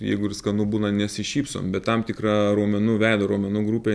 jeigu ir skanu būna nesišypsom bet tam tikra raumenų veido raumenų grupė